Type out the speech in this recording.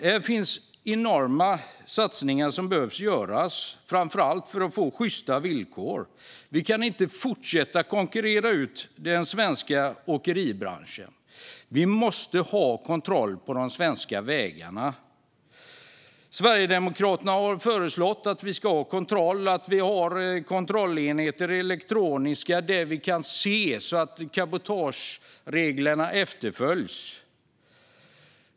Här behöver enorma satsningar göras, framför allt för att få sjysta villkor. Vi kan inte fortsätta att konkurrera ut den svenska åkeribranschen. Vi måste ha kontroll på de svenska vägarna. Sverigedemokraterna har föreslagit att vi ska ha elektroniska kontrollenheter där vi kan se att cabotagereglerna efterföljs.